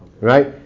Right